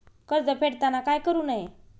कर्ज फेडताना काय करु नये?